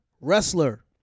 wrestler